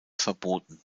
verboten